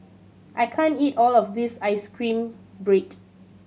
I can't eat all of this ice cream bread